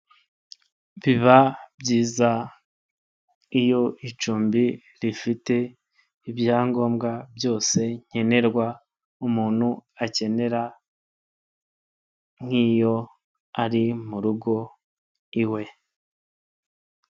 Biba byiza iyo icumbi rifite ibyangombwa byose nkenerwa, umuntu akenera nk'iyo ari mu rugo iwe.